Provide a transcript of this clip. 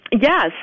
yes